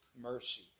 mercy